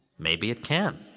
maybe it can.